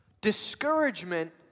discouragement